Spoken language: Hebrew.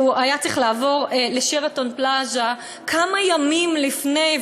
שהוא היה צריך לעבור ל"שרתון פלאזה" כמה ימים לפני,